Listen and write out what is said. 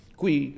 qui